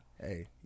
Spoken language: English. Hey